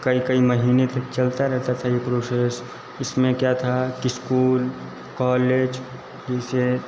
कई कई महीने तक चलता रहता था ये प्रोशेस इसमें क्या था कि स्कूल कॉलेज जैसे